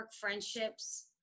friendships